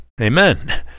Amen